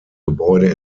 gebäude